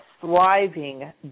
thriving